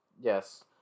Yes